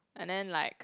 and then like